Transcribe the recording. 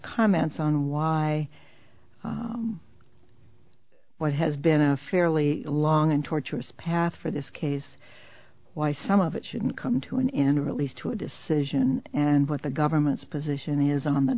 comments on why what has been a fairly long and torturous path for this case why some of it shouldn't come to an end or at least to a decision and what the government's position is on the